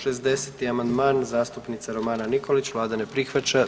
60. amandman zastupnica Romana Nikolić, Vlada ne prihvaća.